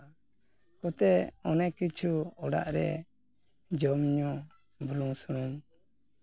ᱱᱚᱣᱟ ᱠᱚᱛᱮ ᱚᱱᱮᱠ ᱠᱤᱪᱷᱩ ᱚᱲᱟᱜ ᱨᱮ ᱡᱚᱢᱼᱧᱩ ᱵᱩᱞᱩᱝᱼᱥᱩᱱᱩᱢ